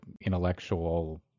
intellectual—